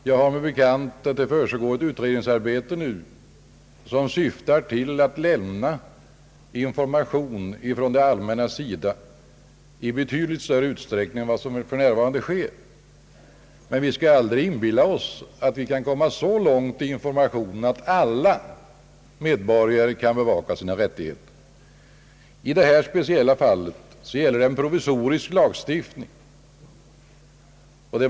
Jag har mig bekant att det försiggår en utredning som syftar till att lämna information från samhället i betydligt större utsträckning än vad som för närvarande sker. Men vi skall aldrig inbilla oss att vi kan komma så långt i information att alla medborgare kan bevaka sina rättigheter. I detta speciella fall gäller en provisorisk lagstiftning.